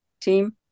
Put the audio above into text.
team